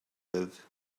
live